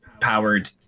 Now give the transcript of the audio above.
powered